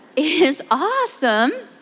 is awesome.